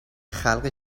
خلق